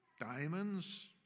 diamonds